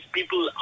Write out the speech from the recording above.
people